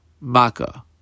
Maka